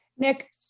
Nick